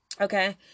Okay